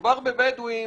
שכשמדובר בבדואים